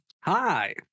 Hi